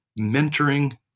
mentoring